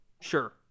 sure